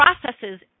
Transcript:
processes